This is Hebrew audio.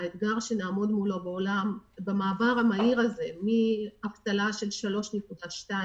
האתגר שנעמוד מולו במעבר המהיר הזה מאבטלה של 3.2%